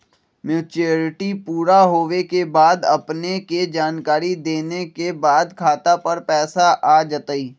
Maturity पुरा होवे के बाद अपने के जानकारी देने के बाद खाता पर पैसा आ जतई?